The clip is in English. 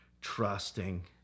trusting